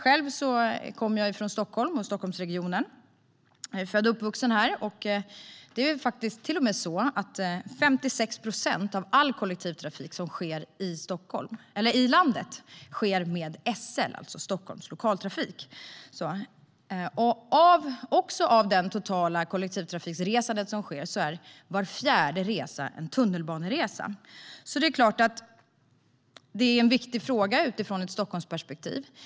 Jag kommer från Stockholm och Stockholmsregionen. Jag är född och uppvuxen här. 56 procent av all kollektivtrafik som sker i landet sker med SL, alltså Storstockholms Lokaltrafik. Och av det totala kollektivtrafikresandet är var fjärde resa en tunnelbaneresa. Det är klart att det är en viktig fråga ur ett Stockholmsperspektiv.